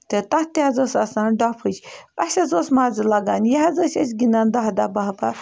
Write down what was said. تہٕ تَتھ تہِ حظ اوس آسان ڈۄپھٕج اَسہِ حظ اوس مَزٕ لَگان یہِ حظ ٲسۍ أسۍ گِنٛدان دَہ دَہ بَہہ بَہہ